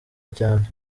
cyane